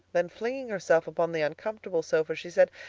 then flinging herself upon the uncomfortable sofa she said,